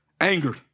Angered